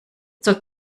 zeug